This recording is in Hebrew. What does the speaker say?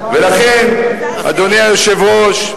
ולכן, אדוני היושב-ראש,